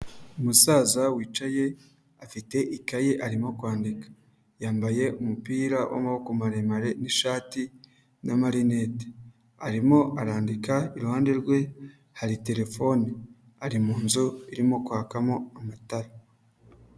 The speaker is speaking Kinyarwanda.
Umusaza wicaye afite ikaye arimo kwandika, yambaye umupira w'amaboko maremare n'ishati n'amarinete arimo arandika, iruhande rwe hari telefone, ari mu nzu irimo kwakamo amatara.